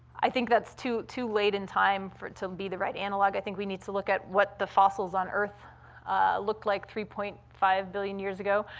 i think that's too too late in time for it to be the right analogue. i think we need to look at what the fossils on earth looked like three point five billion years ago,